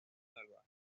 salvajes